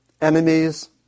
enemies